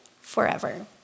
forever